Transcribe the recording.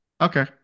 okay